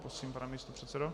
Prosím, pane místopředsedo.